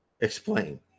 explain